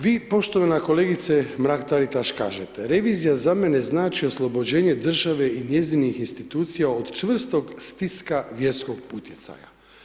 Vi poštovana kolegice Mrak Taritaš kažete, revizija za mene znači oslobođenje države i njezinih institucija od čvrstog stiska vjerskog utjecaja.